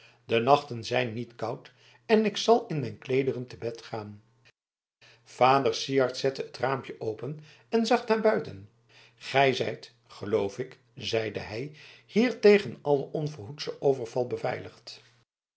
de nachten zijn niet koud en ik zal in mijn kleederen te bed gaan vader syard zette het raampje open en zag naar buiten gij zijt geloof ik zeide hij hier tegen allen onverhoedschen overval beveiligd